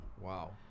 Wow